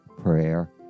prayer